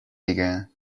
دیگه